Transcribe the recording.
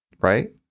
Right